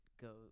go